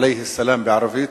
"עליה סלאם" בערבית,